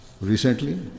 recently